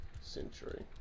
century